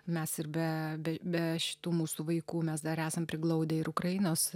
mes ir be be šitų mūsų vaikų mes dar esam priglaudę ir ukrainos